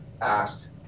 asked